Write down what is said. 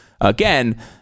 Again